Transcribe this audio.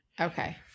Okay